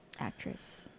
actress